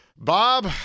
Bob